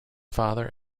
father